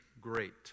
great